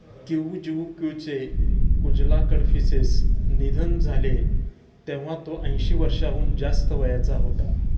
किऊजिऊक्यूचे कुजला कडफिसेस निधन झाले तेव्हा तो ऐंशी वर्षांहून जास्त वयाचा होता